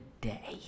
day